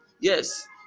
Yes